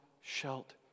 shalt